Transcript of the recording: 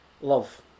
love